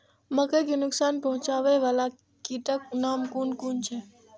मके के नुकसान पहुँचावे वाला कीटक नाम कुन कुन छै?